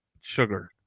sugar